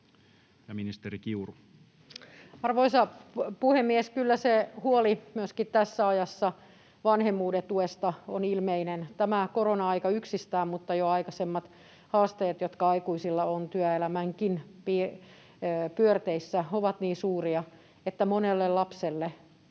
Arvoisa puhemies! Kyllä se huoli myöskin tässä ajassa vanhemmuuden tuesta on ilmeinen. Tämä korona-aika yksistään, mutta jo aikaisemmat haasteet, joita aikuisilla on työelämänkin pyörteissä, ovat niin suuria, että monelle lapselle